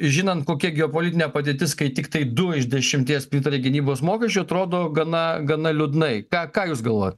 žinant kokia geopolitinė padėtis kai tiktai du iš dešimties pritaria gynybos mokesčiui atrodo gana gana liūdnai ką ką jūs galvojat